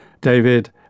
david